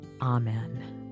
Amen